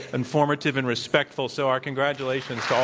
informative, and respectful, so our congratulations